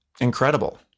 incredible